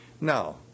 Now